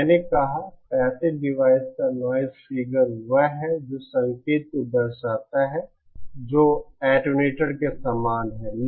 मैंने कहा passive device का नॉइज़ फिगर वह है जो संकेत को दर्शाता है जो एटेन्यूएटर के समान है